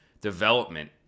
development